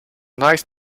nice